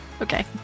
Okay